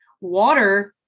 water